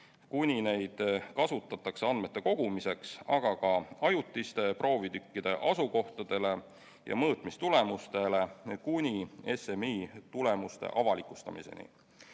kuni neid kasutatakse andmete kogumiseks, aga ka ajutiste proovitükkide asukohtadele ja mõõtmistulemustele kuni SMI tulemuste avalikustamiseni.